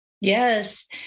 Yes